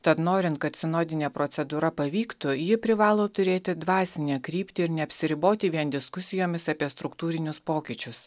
tad norint kad sinodinė procedūra pavyktų ji privalo turėti dvasinę kryptį ir neapsiriboti vien diskusijomis apie struktūrinius pokyčius